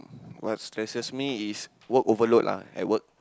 what stresses me is work overload lah at work